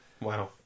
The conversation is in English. wow